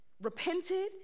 repented